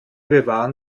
bewahren